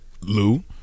Lou